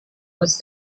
was